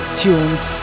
tunes